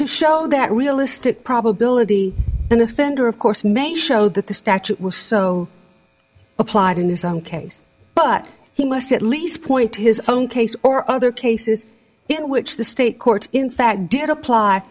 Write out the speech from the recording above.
to show that realistic probability an offender of course may show that the statute was so applied in his own case but he must at least point to his own case or other cases in which the state court in fact did apply